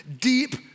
deep